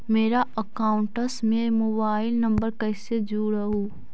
मेरा अकाउंटस में mobile number कैसे जुड़उ?